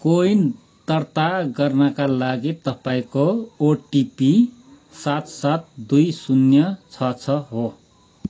को विन दर्ता गर्नाका लागि तपाईँँको ओटिपी सात सात दुई शून्य छ छ हो